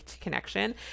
connection